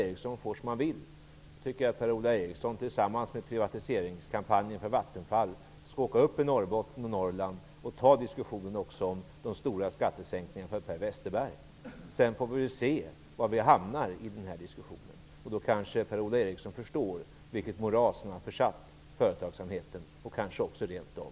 Eriksson får som han vill, anser jag att Per-Ola Eriksson, tillsammans med de som ingår i privatiseringskampajen för Vattenfall, skall åka upp till Norrbotten och övriga Norrland för att ta diskussionen om de stora skattesänkningarna för bl.a. Per Westerberg. Därefter får vi se var vi hamnar i denna diskussion. Per-Ola Eriksson kommer då kanske att förstå vilket moras han har försatt företagsamheten och, kanske rent av,